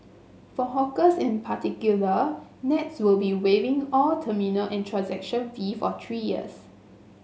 for hawkers in particular Nets will be waiving all terminal and transaction fee for three years